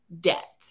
debt